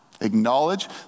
Acknowledge